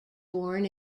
born